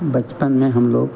बचपन में हम लोग